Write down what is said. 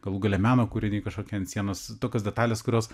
galų gale meno kūriniai kažkokie ant sienos tokios detalės kurios